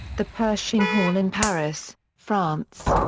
the pershing hall in paris, france.